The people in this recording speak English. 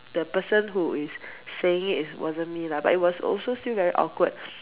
the person who is saying it is wasn't me lah but it was also still very awkward